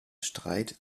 streit